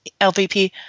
lvp